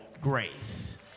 grace